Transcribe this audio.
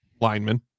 lineman